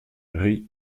riz